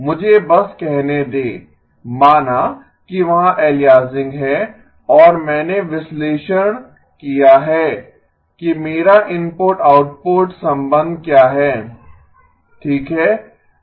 मुझे बस कहने दें माना कि वहाँ एलियासिंग है और मैंने विश्लेषण किया है कि मेरा इनपुट आउटपुट संबंध क्या है ठीक है